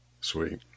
Sweet